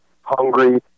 hungry